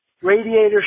Radiator